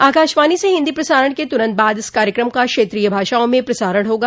आकाशवाणी से हिन्दी प्रसारण के तुरन्त बाद इस कार्यक्रम का क्षेत्रीय भाषाओं में प्रसारण होगा